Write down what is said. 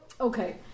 Okay